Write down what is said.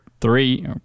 three